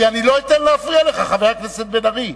כי אני לא אתן להפריע לך, חבר הכנסת בן-ארי,